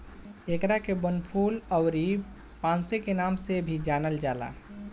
एकरा के वनफूल अउरी पांसे के नाम से भी जानल जाला